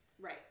right